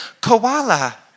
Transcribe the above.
koala